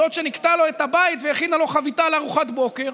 זאת שניקתה לו את הבית והכינה לו חביתה לארוחת בוקר,